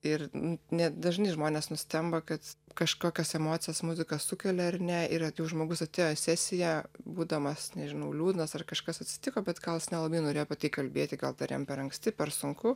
ir ne dažni žmonės nustemba kad kažkokios emocijos muzika sukelia ar ne yra žmogus atėjo sesija būdamas nežinau liūdnas ar kažkas atsitiko bet gal nelabai norėjo apie tai kalbėti gal dar jam per anksti per sunku